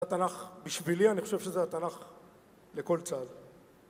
זה התנ״ך בשבילי, אני חושב שזה התנ״ך לכל צה״ל.